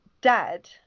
dad